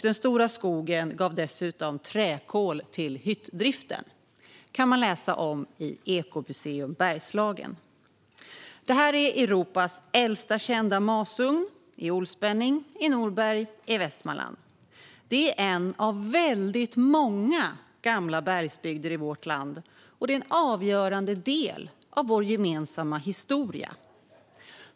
Den stora skogen gav dessutom träkol till hyttdriften. Detta kan man läsa om på Ekomuseum Bergslagen. Olsbenning i Norberg i Västmanland har Europas äldsta kända masugn. Det är en av väldigt många gamla bergsbygder i vårt land och en avgörande del av vår gemensamma historia.